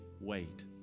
wait